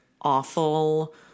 awful